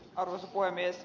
arvoisa puhemies